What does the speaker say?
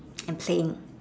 and playing